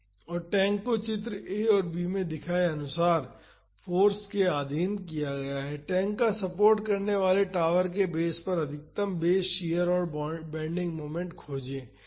और टैंक को चित्र ए और बी में दिखाए अनुसार फाॅर्स के अधीन किया गया है टैंक का सपोर्ट करने वाले टॉवर के बेस पर अधिकतम बेस शियर और बेन्डिंग मोमेंट खोजें